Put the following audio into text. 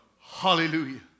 Hallelujah